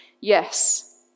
Yes